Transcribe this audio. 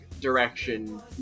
direction